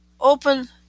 Open